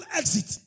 exit